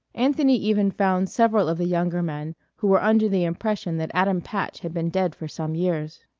anthony even found several of the younger men who were under the impression that adam patch had been dead for some years.